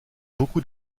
beaucoup